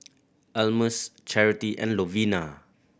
Almus Charity and Lovina